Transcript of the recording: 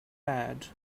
bad